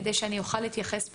כדי שאני אוכל להתייחס בהתאם.